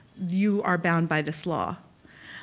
you are bound by this law.